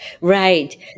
Right